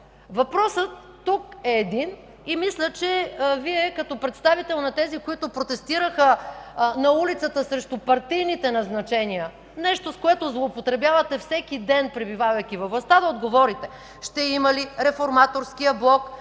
Въпросът тук е един и мисля, че Вие като представител на тези, които протестираха на улицата срещу партийните назначения – нещо, с което злоупотребявате всеки ден, пребивавайки във властта, да отговорите: ще има ли Реформаторският блок